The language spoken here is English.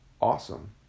awesome